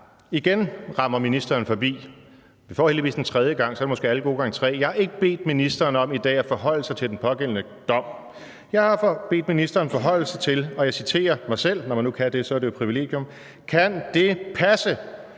igen rammer ministeren forbi. Vi får heldigvis en tredje gang, så bliver det måske alle gode gange tre. Jeg har ikke bedt ministeren om i dag at forholde sig til den pågældende dom. Jeg har bedt ministeren forholde sig til, og jeg citerer mig selv – når man nu kan det, er det jo et privilegium: Kan det passe,